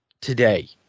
today